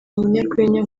umunyarwenya